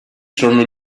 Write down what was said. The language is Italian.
sono